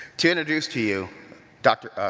to introduce to you dr.